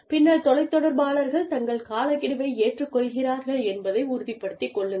பின்னர் தொலைதொடர்பாளர்கள் தங்கள் காலக்கெடுவை ஏற்றுக் கொள்கிறார்கள் என்பதை உறுதிப்படுத்திக் கொள்ளுங்கள்